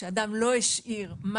לדברים שאמרה מוריה, אני אחדד רגע את הדגש.